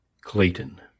Clayton